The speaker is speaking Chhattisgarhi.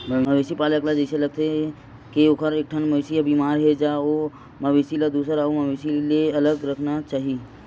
मवेशी पालक ल जइसे लागथे के ओखर एकठन मवेशी ह बेमार हे ज ओ मवेशी ल दूसर अउ मवेशी ले अलगे राखना चाही